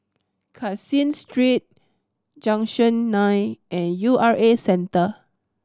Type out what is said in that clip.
Caseen Street Junction Nine and U R A Centre